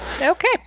Okay